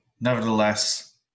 nevertheless